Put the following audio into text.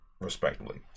respectively